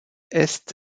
est